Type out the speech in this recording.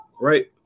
Right